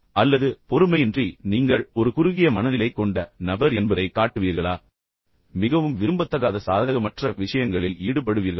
அல்லது பொறுமையின்றி நீங்கள் உங்கள் கோபத்தை இழந்து நீங்கள் ஒரு குறுகிய மனநிலை கொண்ட நபர் என்பதைக் காட்டுவீர்களா மிகவும் விரும்பத்தகாத மற்றும் உங்களுக்கு முற்றிலும் சாதகமற்றதாக மாறும் விஷயங்களில் ஈடுபடுவீர்களா